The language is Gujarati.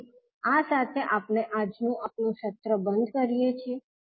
તેથી આ સાથે આપણે આપણું આજનું સેશન બંધ કરી શકીએ છીએ